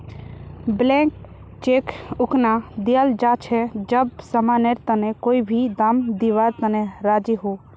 blank cheque उखना दियाल जा छे जब समानेर तने कोई भी दाम दीवार तने राज़ी हो